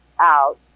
out